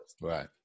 Right